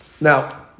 Now